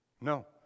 No